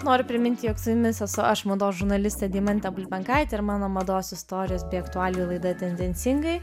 noriu priminti jog su jumis esu aš mados žurnalistė deimantė bulbenkaitė ir mano mados istorijos bei aktualijų laida tendencingai